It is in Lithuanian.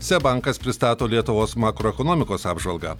seb bankas pristato lietuvos makroekonomikos apžvalgą